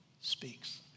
speaks